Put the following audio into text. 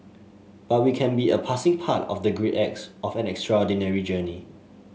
but we can be a passing part of the great acts of an extraordinary journey